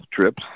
trips